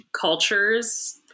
cultures